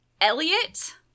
Elliot